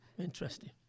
Interesting